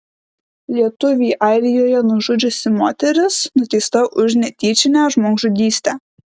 lietuvį airijoje nužudžiusi moteris nuteista už netyčinę žmogžudystę